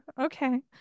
Okay